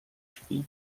drzwi